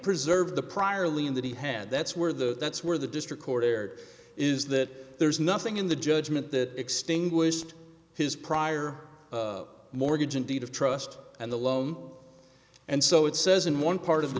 preserve the prior lien that he had that's where the that's where the district court erred is that there's nothing in the judgment that extinguished his prior mortgage and deed of trust and the loan and so it says in one part of the